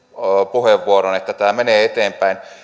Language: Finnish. puheenvuoron että tämä menee eteenpäin